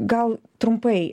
gal trumpai